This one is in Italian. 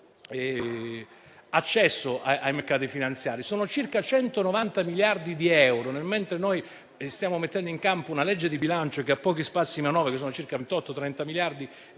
sono circa 190 miliardi di euro - nel mentre stiamo mettendo in campo una legge di bilancio che ha pochi spazi di manovra, pari a circa 28-30 miliardi di euro